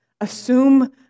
assume